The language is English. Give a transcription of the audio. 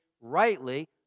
rightly